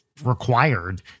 required